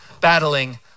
battling